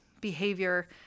behavior